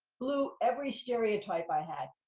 blew every stereotype i had.